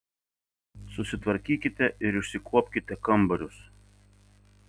susitvarkykite ir išsikuopkite kambarius